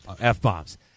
F-bombs